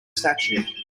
statue